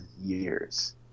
years